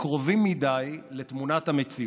קרובים מדי לתמונת המציאות,